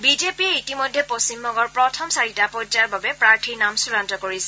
বিজেপিয়ে ইতিমধ্যে পশ্চিমবংগৰ প্ৰথম চাৰিটা পৰ্যায়ৰ বাবে প্ৰাৰ্থীৰ নাম চূডান্ত কৰিছে